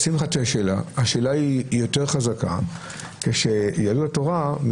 השאלה היא יותר חזקה כאשר יהדות התורה ושהשבת,